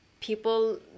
people